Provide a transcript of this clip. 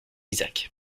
isaac